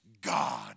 god